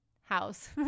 house